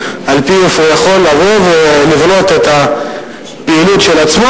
שעל-פיהם הוא יכול לבוא ולברוא את הפעילות של עצמו